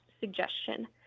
suggestion